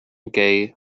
gay